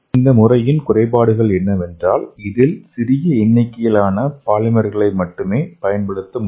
இந்த முறையின் குறைபாடுகள் என்னவென்றால் இதில் சிறிய எண்ணிக்கையிலான பாலிமர்களை மட்டுமே பயன்படுத்த முடியும்